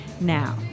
Now